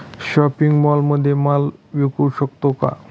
Shopping मॉलमध्ये माल विकू शकतो का?